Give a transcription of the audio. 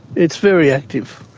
it's very active.